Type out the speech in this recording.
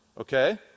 okay